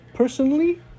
Personally